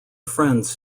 friends